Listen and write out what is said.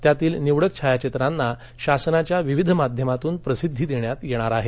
त्यातील निवडक छायाचित्रांना शासनाच्या विविध माध्यमांमधून प्रसिद्धी देण्यात येणार आहे